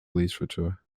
literature